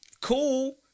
cool